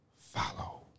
Follow